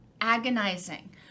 agonizing